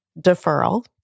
deferral